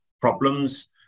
problems